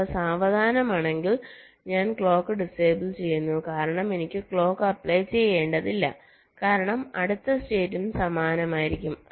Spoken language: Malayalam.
അവ സമാനമാണെങ്കിൽ ഞാൻ ക്ലോക്ക് ഡിസേബിൾ ചെയ്യുന്നു കാരണം എനിക്ക് ക്ലോക്ക് അപ്ലൈ ചെയ്യേണ്ടതില്ല കാരണം അടുത്ത സ്റ്റേറ്റും സമാനമായിരിക്കും